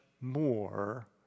more